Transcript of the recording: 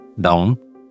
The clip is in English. down